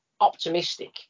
optimistic